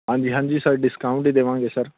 ਹਾਂਜੀ ਹਾਂਜੀ sir discount ਹੀ ਦੇਵਾਂਗੇ ਸਰ